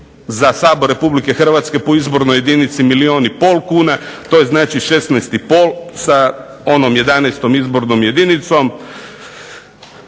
za Sabor RH po izbornoj jedinici milijun i pol kuna, to je znači 16,5 sa onom 11. izbornom jedinicom,